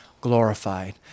glorified